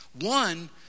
One